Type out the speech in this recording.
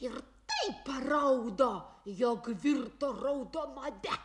ir taip paraudo jog virto raudomate